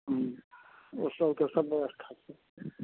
हूँ ओ सबके सब ब्यवस्था छै